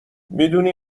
میدونی